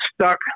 stuck